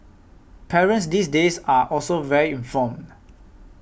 parents these days are also very informed